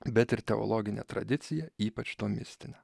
bet ir teologinę tradiciją ypač tomistinę